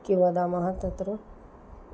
कि वदामः तत्र